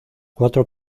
cuatro